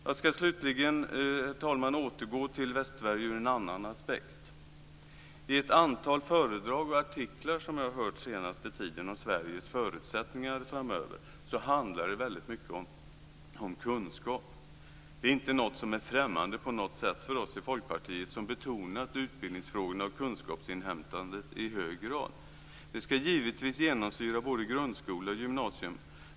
Jag ska slutligen återgå till Västsverige ur en annan aspekt. I ett antal föredrag och artiklar som jag har hört under den senaste tiden om Sveriges förutsättningar framöver handlar det väldigt mycket om kunskap. Det är inte något som är främmande på något sätt för oss i Folkpartiet som betonat utbildningsfrågorna och kunskapsinhämtandet i hög grad. Det ska givetvis genomsyra både grundskola och gymnasium.